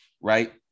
right